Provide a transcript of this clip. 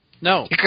No